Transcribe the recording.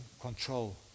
control